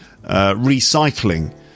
recycling